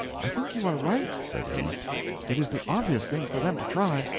i think you are right, said he it is the obvious thing for them to try.